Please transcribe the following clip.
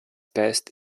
past